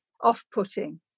off-putting